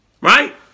Right